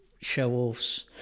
show-offs